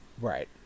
Right